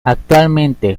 actualmente